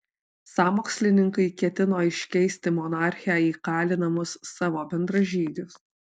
sąmokslininkai ketino iškeisti monarchę į kalinamus savo bendražygius